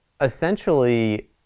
Essentially